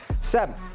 Seven